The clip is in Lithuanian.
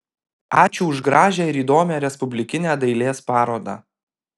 ačiū už gražią ir įdomią respublikinę dailės parodą